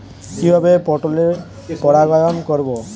কিভাবে পটলের পরাগায়ন করব?